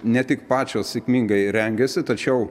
ne tik pačios sėkmingai rengiasi tačiau